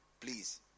please